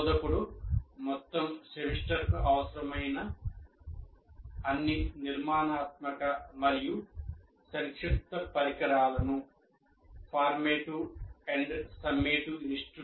బోధకుడు మొత్తం సెమిస్టర్కు అవసరమైన అన్ని నిర్మాణాత్మక మరియు సంక్షిప్త పరికరాలను రూపకల్పన చేయాలి